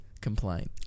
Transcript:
complain